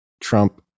Trump